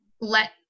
let